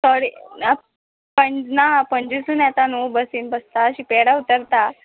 sorry अप पण ना पणजेसून येता न्हू बसीन बसतां शिपयार्डा उतरतां